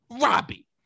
Robbie